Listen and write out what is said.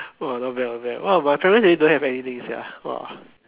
!wah! not bad not bad !wah! my parents really don't have anything sia !wah!